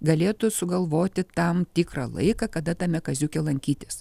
galėtų sugalvoti tam tikrą laiką kada tame kaziuke lankytis